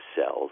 cells